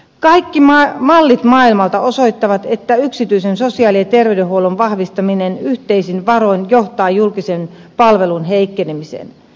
kaikki mallit maailmalta osoittavat että yksityisen sosiaali ja terveydenhuollon vahvistaminen yhteisin varoin johtaa julkisen palvelun heikkenemiseen